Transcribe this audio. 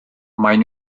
maen